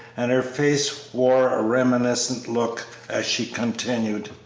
and her face wore a reminiscent look as she continued